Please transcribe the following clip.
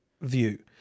view